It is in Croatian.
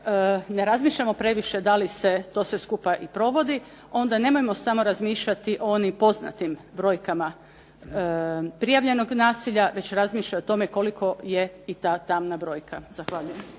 ne razmišljamo da li se to sve skupa provodi, onda nemojmo samo razmišljati o poznatim brojkama prijavljenog nasilja, već razmišlja o tome koliko je ta tamna brojka. Zahvaljujem.